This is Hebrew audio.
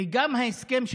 אדוני היושב-ראש,